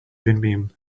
vimium